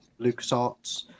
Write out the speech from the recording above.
LucasArts